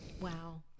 Wow